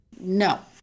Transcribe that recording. no